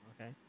Okay